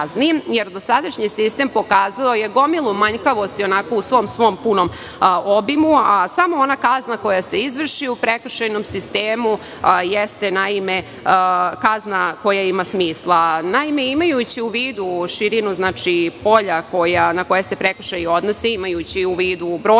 jer dosadašnji sistem pokazuje gomilu manjkavosti u svom svom punom obimu, a samo ona kazna koja se izvrši u prekršajnom sistemu jeste kazna koja ima smisla. Imajući u vidu širinu polja na koje se prekršaji odnose i imajući u vidu brojnost